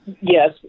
yes